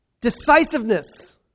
Decisiveness